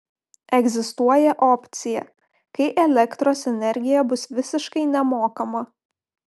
egzistuoja opcija kai elektros energija bus visiškai nemokama